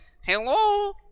hello